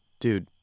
Dude